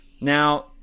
Now